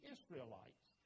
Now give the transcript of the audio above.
Israelites